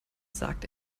sagt